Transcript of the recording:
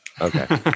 Okay